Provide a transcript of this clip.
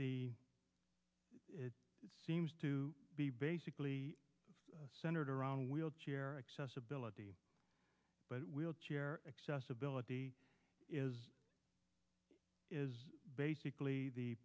the it seems to be basically centered around wheelchair accessibility but wheelchair accessibility is is basically the